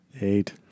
Eight